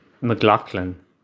McLaughlin